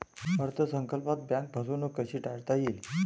अर्थ संकल्पात बँक फसवणूक कशी टाळता येईल?